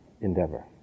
endeavor